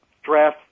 stress